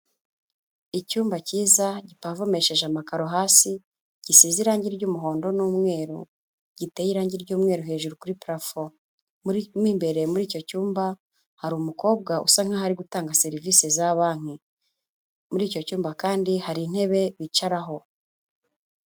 Icyumba cyiza gipavomesheje amakaro hasi, gisize irangi ry'umuhondo n'umweru, giteye irangi ry'umweru hejuru kuri parafo, mu imbereye muri icyo cyumba hari umukobwa usa nkaho ari gutanga serivisi za banki, muri icyo cyumba kandi hari intebe bicaraho.